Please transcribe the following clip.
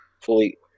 Fully